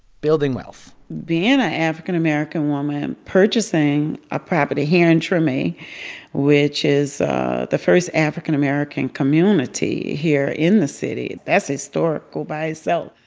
building wealth being a african-american woman, purchasing a property here in treme, which is the first african-american community here in the city that's historical by itself.